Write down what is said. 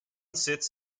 sits